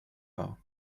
war